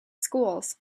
schools